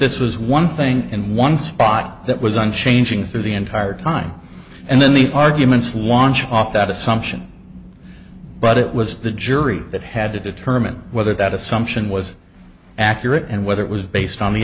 this was one thing in one spot that was unchanging through the entire time and then the arguments watch off that assumption but it was the jury that had to determine whether that assumption was accurate and whether it was based on the